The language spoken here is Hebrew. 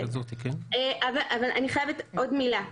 אני חייבת עוד מילה.